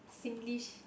Singlish